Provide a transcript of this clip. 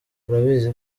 urabizi